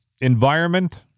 environment